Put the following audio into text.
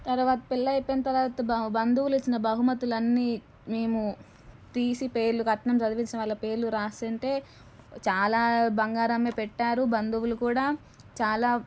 తరువాత పెళ్ళై పోయిన తరువాత బంధువులు ఇచ్చిన బహుమతులు అన్నీ మేము తీసి పేర్లు కట్నం చదివి చాలా పేర్లు వ్రాస్తుంటే చాలా బంగారమే పెట్టారు బంధువులు కూడా చాలా